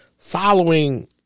Following